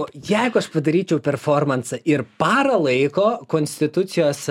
jeigu aš padaryčiau performansą ir parą laiko konstitucijos